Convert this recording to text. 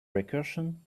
recursion